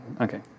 Okay